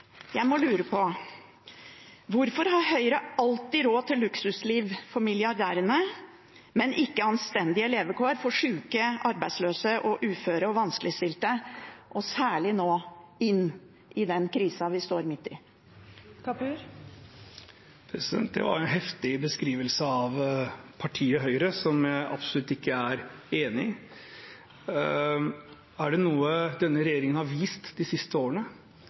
Jeg må lure på: Hvorfor har Høyre alltid råd til luksusliv for milliardærene, men ikke anstendige levekår for sjuke, arbeidsløse, uføre og vanskeligstilte – og særlig nå, i den krisa vi står midt i? Det var en heftig beskrivelse av partiet Høyre, som jeg absolutt ikke er enig i. Er det noe denne regjeringen har vist de siste årene,